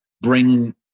bring